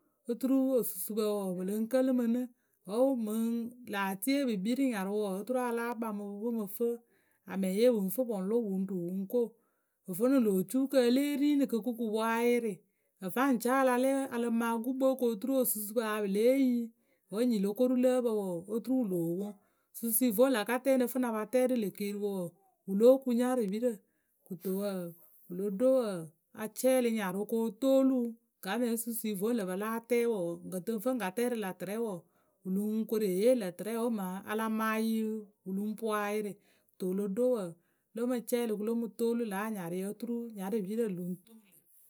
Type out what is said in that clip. oturu osusupǝ wɔɔ pǝ lǝŋ kǝlɨ mǝ nɨ. Wǝ́ mǝŋ laatie pǝ kpii rǝ nyarʊ wǝǝ oturu a láa kpaŋ mǝ pɨ pɨ mǝ fǝ amɛŋye pǝ ŋ fǝ pǝ ŋ lʊ pǝ ŋ ruu pǝ ŋ ko vǝnɨ lô cuukǝ e lée roni kɨ kɨ kɨpŋ a yɩrɩ a faŋ caa a la lɛ a lǝŋ maa gukpǝwe kɨ oturu osusupǝ pǝ ya lée yi wǝ́ nui lóo koru lǝ́́ǝ pǝ wǝǝ oturu wǝ loo poŋ. Susui vǝ́ la ka tɛ wǝ́ ŋ nǝ fɨ ŋ na pa tɛ rɨ lë keeriwǝ wǝǝ wǝ lóo kuŋ nyarɨpirǝ kɨto wǝǝ wǝ lo ɖo wǝǝ a cɛɛlɩ nyarʊ kɨ o toolu wǝ gaamɛye susui vǝ́ lǝ pǝ láa tɛ wǝǝ ŋ kǝ tɨ ŋ ŋ ka tɛ rɨ lâ tɨrɛ wǝǝ wǝ lǝŋ koru e yee lǝ̈ tɨrɛ wǝ́ mǝŋ a la maa yǝ wǝ lǝŋ poŋ ayɩrɩ kɨto wǝ lo ɖo wǝǝ la mɨ cɛɛlɩ kɨ lo mɨ toolu lǎ anyarɩyǝ oturu nyarɨpirǝ lǝŋ tuu lǝ.